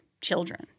children